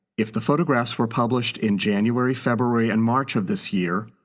if the photographs were published in january, february, and march of this year,